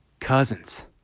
cousins